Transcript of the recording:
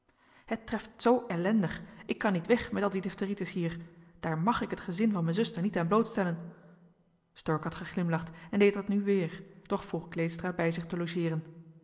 het treft zoo ellendig ik kan niet weg met al die diphteritis hier daar màg ik het gezin van me zuster niet aan blootstellen stork had geglimlacht en deed dat nu weer doch vroeg kleestra bij zich te logeeren